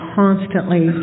constantly